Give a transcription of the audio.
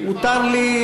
מותר לי,